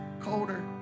colder